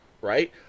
right